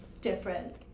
different